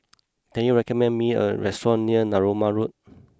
can you recommend me a restaurant near Narooma Road